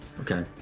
Okay